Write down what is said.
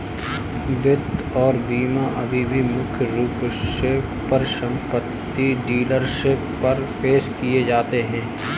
वित्त और बीमा अभी भी मुख्य रूप से परिसंपत्ति डीलरशिप पर पेश किए जाते हैं